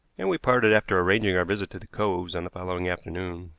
and we parted after arranging our visit to the coves on the following afternoon.